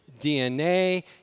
DNA